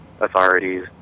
authorities